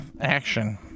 action